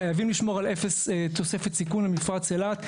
חייבים לשמור על אפס תוספת סיכון למפרץ אילת.